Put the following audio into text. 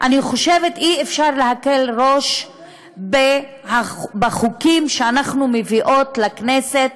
אני חושבת שאי-אפשר להקל ראש בחוקים שאנחנו מביאות לכנסת